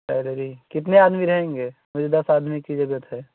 salary कितने आदमी रहेंगे मुझे दस आदमी की ज़रूरत है